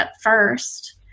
first